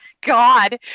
God